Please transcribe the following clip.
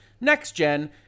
next-gen